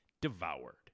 Devoured